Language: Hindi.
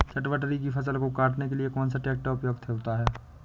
चटवटरी की फसल को काटने के लिए कौन सा ट्रैक्टर उपयुक्त होता है?